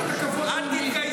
חמאס הם נכס,